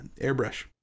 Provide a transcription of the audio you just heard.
airbrush